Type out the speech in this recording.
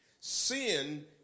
Sin